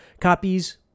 copies